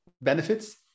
benefits